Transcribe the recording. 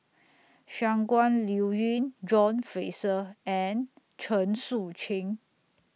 Shangguan Liuyun John Fraser and Chen Sucheng